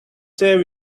save